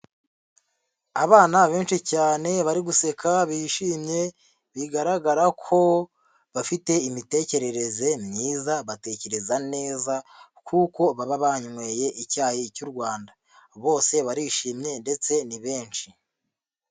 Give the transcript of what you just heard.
Abana benshi cyane bari guseka bishimye bigaragara ko bafite imitekerereze myiza, batekereza neza kuko baba banyweye icyayi cy'u Rwanda. Bose barishimye ndetse ni benshi.